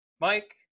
Mike